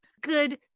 Good